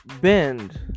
bend